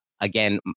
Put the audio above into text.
again